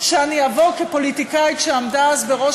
שאני אבוא כפוליטיקאית שעמדה אז בראש